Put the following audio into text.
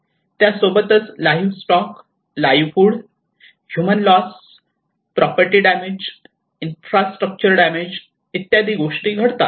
त्यासोबतच livestock livelihood human loss property damage infrastructure damage इत्यादी गोष्टी घडतात